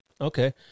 Okay